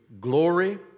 glory